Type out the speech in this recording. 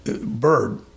Bird